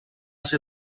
ser